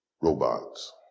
robots